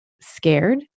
scared